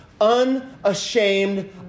unashamed